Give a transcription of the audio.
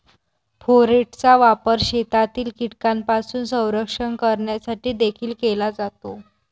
फोरेटचा वापर शेतातील कीटकांपासून संरक्षण करण्यासाठी देखील केला जातो